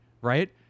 right